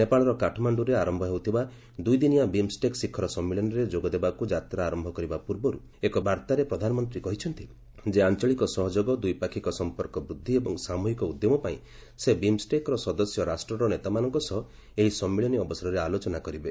ନେପାଳର କାଠମାଷ୍ଟୁଠାରେ ଆରମ୍ଭ ହେଉଥିବା ଦୁଇଦିନିଆ ବିମ୍ଷ୍ଟେକ୍ ଶିଖର ସମ୍ମିଳନୀରେ ଯୋଗଦେବାକୁ ଯାତା ଆରମ୍ଭ କରିବା ପୂର୍ବରୁ ଏକ ବାର୍ତ୍ତାରେ ପ୍ରଧାନମନ୍ତ୍ରୀ କହିଛନ୍ତି ଯେ ଆଞ୍ଚଳିକ ସହଯୋଗ ଦ୍ୱିପାକ୍ଷିକ ସମ୍ପର୍କ ବୃଦ୍ଧି ଏବଂ ସାମୁହିକ ଉଦ୍ୟମ ପାଇଁ ସେ ବିମ୍ଷ୍ଟେକ୍ର ସଦସ୍ୟ ରାଷ୍ଟ୍ରର ନେତାମାନଙ୍କ ସହ ଏହି ସମ୍ମିଳନୀ ଅବସରରେ ଆଲୋଚନା କରିବେ